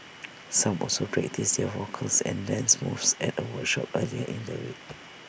some also practised their vocals and dance moves at A workshop earlier in the week